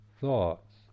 thoughts